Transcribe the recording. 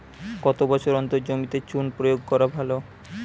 কত বছর অন্তর জমিতে চুন প্রয়োগ করা ভালো?